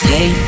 Hey